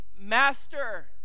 Master